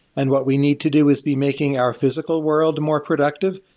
and what we need to do is be making our physical world more productive,